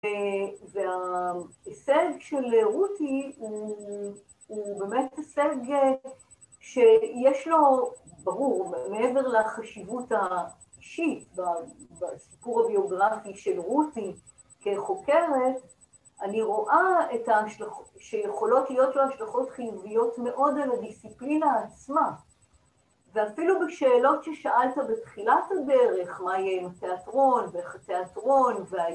‫וההישג של רותי הוא באמת הישג ‫שיש לו, ברור, ‫מעבר לחשיבות האישית ‫בסיפור הביוגרפי של רותי כחוקרת, ‫אני רואה שיכולות להיות לה ‫השלכות חיוביות מאוד ‫על הדיסיפלינה עצמה. ‫ואפילו בשאלות ששאלת בתחילת הדרך, ‫מה יהיה עם התיאטרון ואיך התיאטרון,